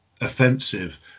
offensive